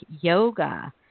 yoga